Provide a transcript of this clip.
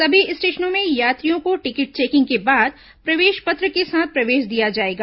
सभी स्टेशनों में यात्रियों को टिकट चेकिंग के बाद प्रवेश पत्र के साथ प्रवेश दिया जाएगा